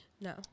no